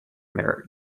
their